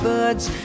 birds